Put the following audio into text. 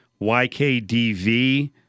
YKDV